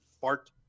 fart